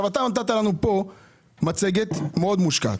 אתה נתת לנו פה מצגת מאוד מושקעת.